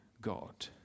God